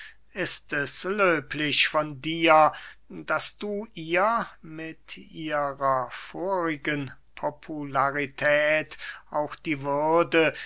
ist es löblich von dir daß du ihr mit ihrer vorigen popularität auch die würde